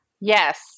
Yes